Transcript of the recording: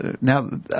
Now